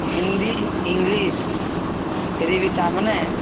Hindi English ରେ ବିି ତାମାନେେ